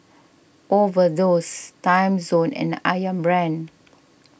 Overdose Timezone and Ayam Brand